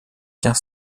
tient